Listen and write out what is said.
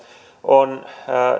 on